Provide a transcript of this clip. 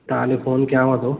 तव्हांखे फ़ोन कयांव थो